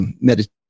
meditation